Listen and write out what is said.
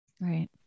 Right